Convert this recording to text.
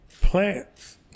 Plants